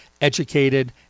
educated